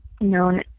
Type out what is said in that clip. known